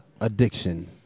addiction